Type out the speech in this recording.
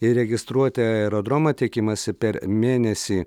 įregistruoti aerodromą tikimasi per mėnesį